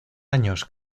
años